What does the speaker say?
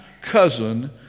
cousin